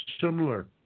similar